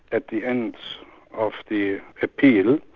at the end of the appeal,